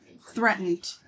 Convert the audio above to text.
threatened